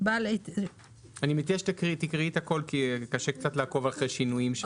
אני מציע שתקראי את הכול כי קשה לעקוב אחרי השינויים.